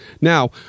Now